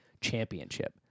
Championship